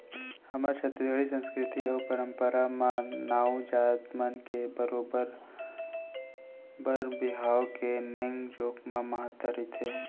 हमर छत्तीसगढ़ी संस्कृति अउ परम्परा म नाऊ जात मन के बरोबर बर बिहाव के नेंग जोग म महत्ता रथे